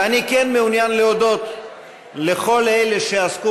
ואני כן מעוניין להודות לכל אלה שעסקו